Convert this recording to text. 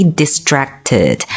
distracted，